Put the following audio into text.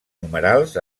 numerals